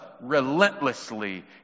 relentlessly